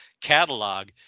catalog